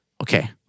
okay